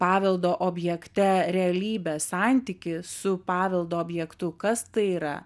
paveldo objekte realybę santykį su paveldo objektu kas tai yra